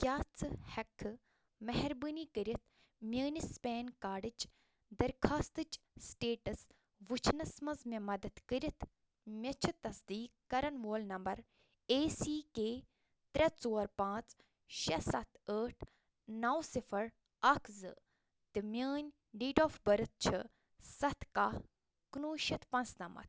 کیٛاہ ژٕ ہٮ۪ککھٕ مہربٲنی کٔرِتھ میٛٲنِس پین کارڈٕچ درخاستٕچ سِٹیٚٹس وُچھنس منٛز مےٚ مدد کٔرِتھ مےٚ چھُ تصدیٖق کَرن وول نمبر اےٚ سی کے ترٛےٚ ژور پانٛژھ شےٚ سَتھ ٲٹھ نو صِفر اَکھ زٕ تہٕ میٛٲنۍ ڈیٹ آف بٔرٕتھ چھِ سَتھ کاہ کُنوُہ شتھ پانٛژنمتھ